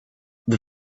the